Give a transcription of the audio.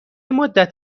مدت